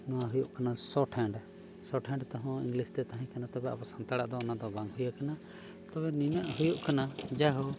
ᱱᱚᱣᱟ ᱦᱩᱭᱩᱜ ᱠᱟᱱᱟ ᱥᱚᱨᱴ ᱦᱮᱱᱰ ᱛᱮᱦᱚᱸ ᱤᱝᱞᱤᱥᱼᱛᱮ ᱛᱟᱦᱮᱸ ᱠᱟᱱᱟ ᱛᱚᱵᱮ ᱟᱵᱚ ᱥᱟᱱᱛᱟᱲᱟᱜ ᱫᱚ ᱚᱱᱟ ᱫᱚ ᱵᱟᱝ ᱦᱩᱭᱟᱠᱟᱱᱟ ᱛᱚᱵᱮ ᱱᱤᱭᱟᱹ ᱦᱩᱭᱩᱜ ᱠᱟᱱᱟ ᱡᱟᱭ ᱦᱳᱠ